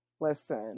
Listen